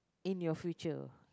in your future